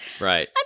Right